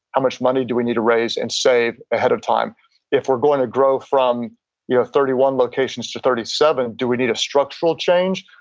how much money do we need to raise and save ahead of time if we're going to grow from yeah thirty one locations to thirty seven, do we need a structural change.